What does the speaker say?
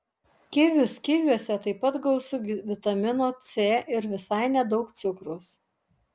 kivius kiviuose taip pat gausu vitamino c ir visai nedaug cukraus